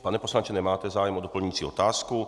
Pane poslanče, nemáte zájem o doplňující otázku?